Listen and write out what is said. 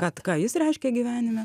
kad ką jis reiškia gyvenime